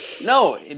No